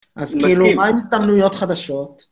אז כאילו, מה עם הזדמנויות חדשות?